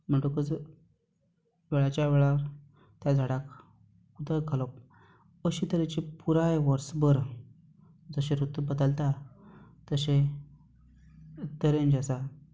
म्हणटकूच वेळाच्या वेळार त्या झाडाक उदक घालप अशे तरेचे पुराय वर्स बर जशे रुतू बदलता तशे तरेन जे आसा